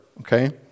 Okay